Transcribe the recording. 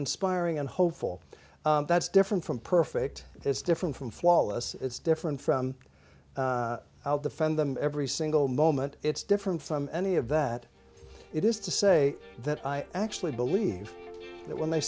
inspiring and hopeful that's different from perfect it's different from flawless it's different from i'll defend them every single moment it's different from any of that it is to say that i actually believe that when they